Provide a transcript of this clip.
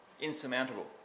insurmountable